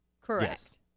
Correct